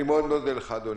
אני מאוד מודה לך, אדוני.